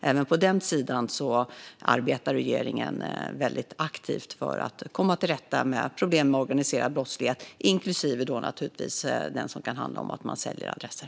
Även här arbetar regeringen aktivt för att komma till rätta med problemen med organiserad brottslighet, inklusive försäljningen av adresser.